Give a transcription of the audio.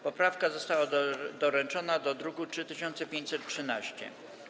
Poprawka została doręczona do druku nr 3513.